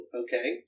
okay